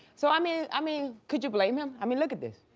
so i mean i mean, could you blame him? i mean look at this.